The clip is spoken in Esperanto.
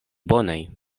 bonaj